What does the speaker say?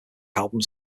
albums